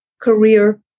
career